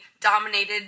dominated